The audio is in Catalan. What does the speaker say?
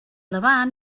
davant